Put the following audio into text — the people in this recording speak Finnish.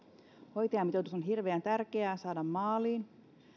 hoitajamitoitus on hirveän tärkeää saada maaliin